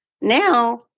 now